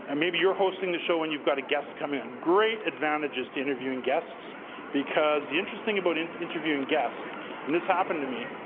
and maybe you're hosting the show and you've got a guest come in. great advantages to interviewing guests because the interesting about interviewing guests and this happened to me.